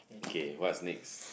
okay what's next